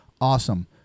awesome